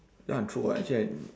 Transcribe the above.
ya true actually I